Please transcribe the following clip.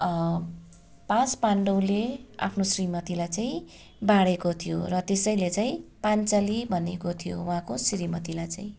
पाँच पाण्डवले आफ्नो श्रीमतीलाई चाहिँ बाँढेको थियो र त्यसैले चाहिँ पाञ्चाली भनेको थियो उहाँको श्रीमतीलाई चाहिँ